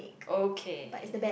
okay